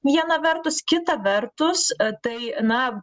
viena vertus kita vertus tai na